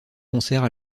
concerts